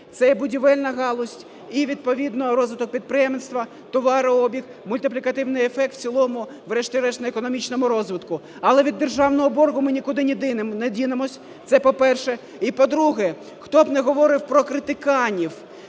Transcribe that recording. Це і будівельна галузь, і відповідно розвиток підприємництва, товарообіг, мультиплікативний ефект в цілому врешті-решт на економічному розвитку. Але від державного боргу ми нікуди не дінемося – це, по-перше. І, по-друге, хто б не говорив про критиканів